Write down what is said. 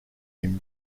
him